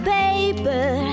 paper